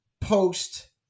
post